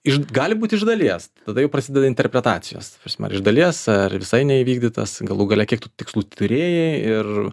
iš gali būt iš dalies tada jau prasideda interpretacijos ta prasme iš dalies ar visai neįvykdytas galų gale kiek tų tikslų turėjai ir